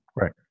Right